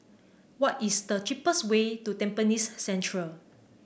what is the cheapest way to Tampines Central